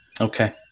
Okay